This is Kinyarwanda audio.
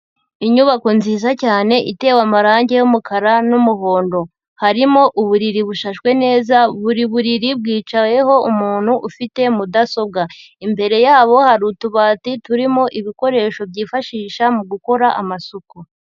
Inyubako nziza cyane itewe amarange y'umukara n'umuhondo harimo uburiri bushashwe neza, buri buriri bwicayeho umuntu ufite mudasobwa, imbere yabo hari utubati turimo ibikoresho byifashisha mu gukora amasuku.